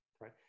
right